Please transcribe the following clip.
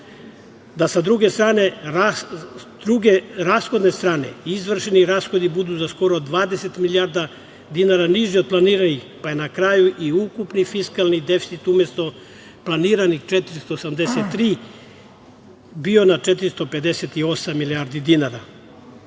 da sa druge rashodne strane izvršeni rashodi budu za skoro 20 milijardi dinara niži od planiranih, pa je na kraju i ukupni fiskalni deficit umesto planiranih 483 bio na 458 milijardi dinara.